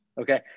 okay